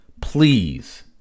please